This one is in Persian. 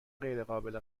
غیرقابل